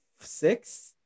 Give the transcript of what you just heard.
six